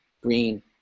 green